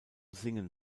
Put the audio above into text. singen